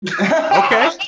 Okay